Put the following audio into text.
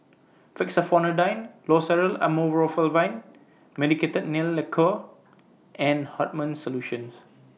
Fexofenadine Loceryl Amorolfine Medicated Nail Lacquer and Hartman's Solution